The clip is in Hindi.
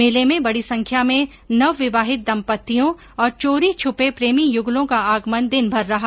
मेले में बड़ी संख्या में नवविवाहित दम्पत्तियों और चोरी छ्पे प्रेमी युगलों का आगमन दिन भर रहा